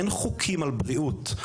אין חוקים על בריאות,